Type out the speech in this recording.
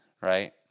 right